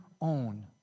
own